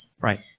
Right